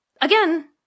again –